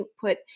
put